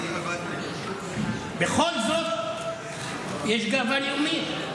בכל זאת יש גאווה לאומית.